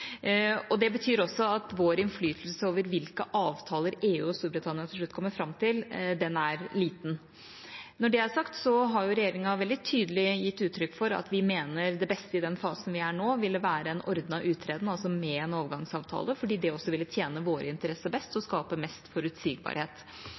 Det betyr også at vår innflytelse over hvilke avtaler EU og Storbritannia til slutt kommer fram til, er liten. Når det er sagt, har regjeringa veldig tydelig gitt uttrykk for at vi mener det beste i den fasen vi er i nå, ville være en ordnet uttreden, altså med en overgangsavtale, fordi det også ville tjene våre interesser best og